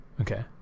Okay